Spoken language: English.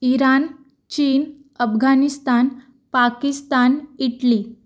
Iran China Afghanistan Pakistan Italy